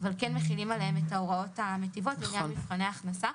אבל כן מחילים עליהם את ההוראות המיטיבות לעניין מבחני הכנסה.